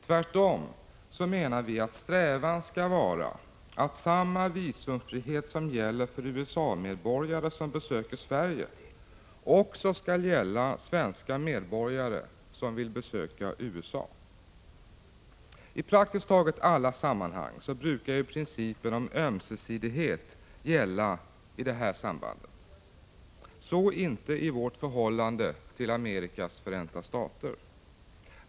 Tvärtom menar vi att strävan skall vara att samma visumfrihet som gäller för USA-medborgare som besöker Sverige också skall gälla svenska medborgare som vill besöka USA. I praktiskt taget alla sådana här sammanhang brukar principen om ömsesidighet gälla. Så inte i vårt förhållande till Amerikas förenta stater.